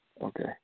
okay